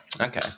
okay